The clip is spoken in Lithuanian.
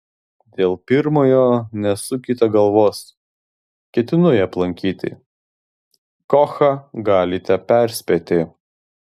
dėl pirmojo nesukite galvos ketinu jį aplankyti kochą galite perspėti